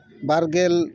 ᱵᱟᱨ ᱜᱮᱞ